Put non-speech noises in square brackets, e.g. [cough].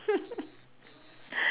[laughs] [breath]